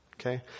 Okay